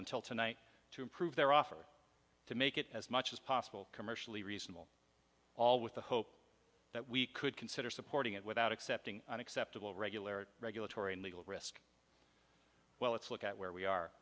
until tonight to improve their offer to make it as much as possible commercially reasonable all with the hope that we could consider supporting it without accepting unacceptable regularity regulatory and legal risk well it's look at where we are